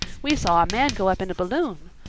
we saw a man go up in a balloon.